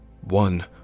one